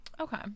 Okay